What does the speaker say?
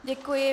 Děkuji.